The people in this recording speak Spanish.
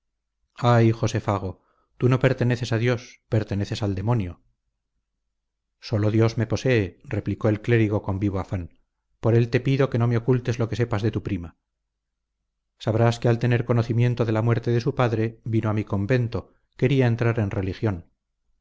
ay josé fago tú no perteneces a dios perteneces al demonio sólo dios me posee replicó el clérigo con vivo afán por él te pido que no me ocultes lo que sepas de tu prima sabrás que al tener conocimiento de la muerte de su padre vino a mi convento quería entrar en religión